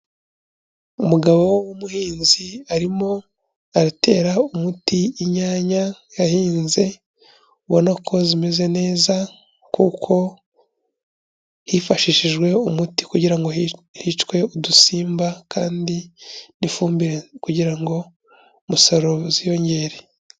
Umugabo w'umuhinzi arimo aratera umuti inyanya yahinze ubona ko zimeze neza kuko hifashishijwe umuti kugira ngo hicwe udusimba kandi n'ifumbire kugira ngo umusaruro uziyongere.